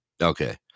okay